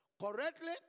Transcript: correctly